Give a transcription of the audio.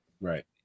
Right